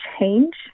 change